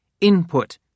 Input